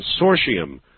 consortium